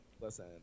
Listen